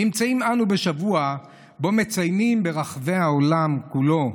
נמצאים אנו בשבוע שבו מציינים ברחבי העולם כולו,